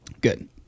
Good